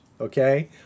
okay